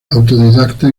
autodidacta